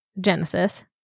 Genesis